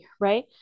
right